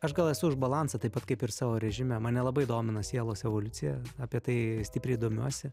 aš gal esu už balansą taip pat kaip ir savo režime mane labai domina sielos evoliucija apie tai stipriai domiuosi